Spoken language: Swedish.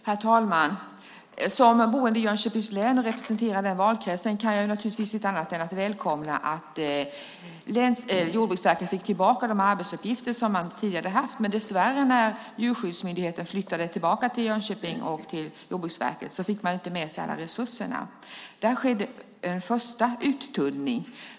Herr talman! Som boende i Jönköpings län och representerande den valkretsen kan jag inte annat än välkomna att Jordbruksverket fick tillbaka de arbetsuppgifter man tidigare haft. Men när Djurskyddsmyndigheten flyttade tillbaka till Jönköping och Jordbruksverket fick man dessvärre inte med sig alla resurser. Där skedde en första uttunning.